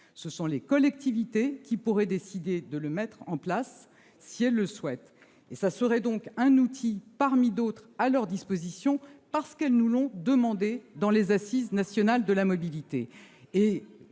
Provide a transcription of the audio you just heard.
Ce sont les collectivités qui décideraient de le mettre en place si elles le souhaitent. Ce serait un outil parmi d'autres à leur disposition. C'est ce qu'elles nous ont demandé lors des Assises nationales de la mobilité.